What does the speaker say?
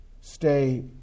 Stay